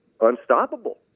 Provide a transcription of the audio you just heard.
unstoppable